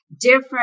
different